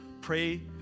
pray